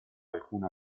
alcuna